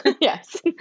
Yes